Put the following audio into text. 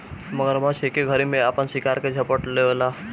मगरमच्छ एके घरी में आपन शिकार के झपट लेवेला